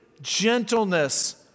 gentleness